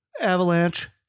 Avalanche